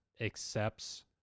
accepts